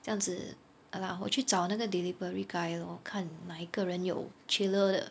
这样子 ya lah 我去找那个 delivery guy lor 看哪一个人有 chiller 的